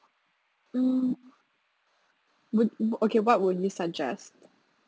hmm would okay what would you suggest